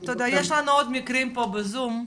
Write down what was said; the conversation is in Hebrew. יש לנו עוד מקרים פה בזום,